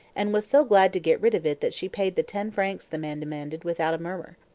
and was so glad to get rid of it that she paid the ten francs the man demanded without a murmur.